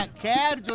ah can